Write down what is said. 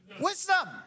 Wisdom